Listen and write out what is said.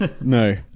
no